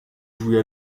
jouit